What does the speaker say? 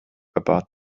about